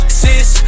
sis